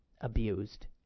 abused